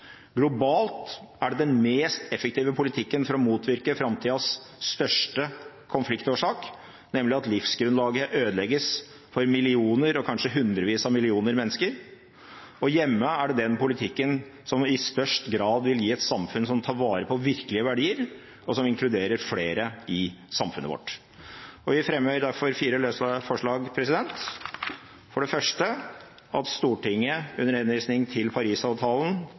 Globalt er det den mest effektive politikken for å motvirke framtidas største konfliktårsak, nemlig at livsgrunnlaget ødelegges for millioner og kanskje hundrevis av millioner mennesker. Hjemme er det den politikken som i størst grad vil gi et samfunn som tar vare på virkelige verdier, og som inkluderer flere i samfunnet vårt. Vi fremmer derfor fire løse forslag: for det første at Stortinget under henvisning til